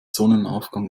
sonnenaufgang